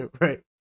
right